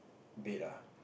bed ah